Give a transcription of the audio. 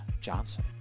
johnson